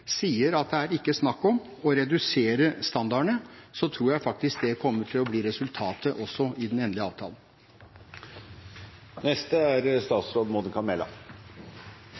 sier at det ikke er snakk om å redusere standardene, tror jeg faktisk det kommer til å bli resultatet også i den endelige avtalen.